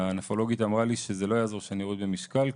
הנפרולוגית אמרה לי שזה לא יעזור שאני אוריד במשקל,